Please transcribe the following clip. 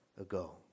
ago